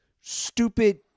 stupid